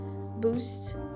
boost